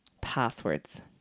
passwords